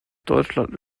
deutschland